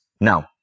Now